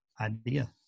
idea